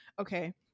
Okay